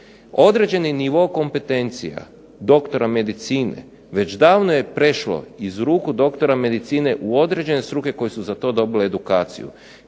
određeni nivo kompetencija doktora medicine, već davno je prešlo iz ruku doktora medicine u određene struke koje su za to dobile edukaciju.